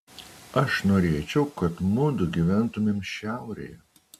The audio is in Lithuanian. aš norėčiau kad mudu gyventumėm šiaurėje